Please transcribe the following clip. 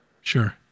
Sure